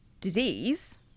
disease